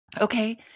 Okay